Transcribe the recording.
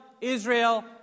Israel